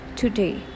today